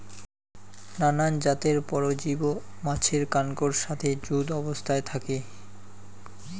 নানান জাতের পরজীব মাছের কানকোর সাথি যুত অবস্থাত থাকি